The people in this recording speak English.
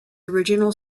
original